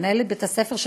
מנהלת בית-הספר,